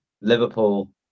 liverpool